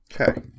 Okay